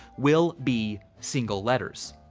will be single letters.